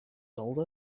older